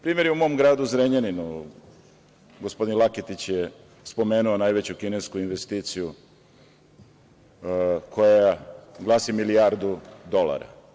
Primeri u mom gradu, Zrenjaninu, gospodin Laketić je spomenuo najveću kinesku investiciju koja glasi milijardu dolara.